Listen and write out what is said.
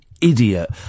idiot